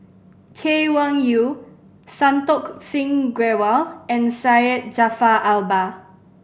Chay Weng Yew Santokh Singh Grewal and Syed Jaafar Albar